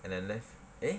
and I left eh